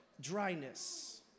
dryness